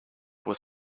was